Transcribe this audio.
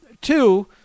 Two